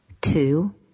Two